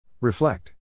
Reflect